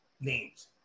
names